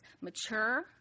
mature